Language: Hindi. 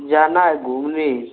जाना है घूमने